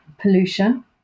pollution